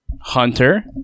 Hunter